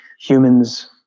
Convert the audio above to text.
humans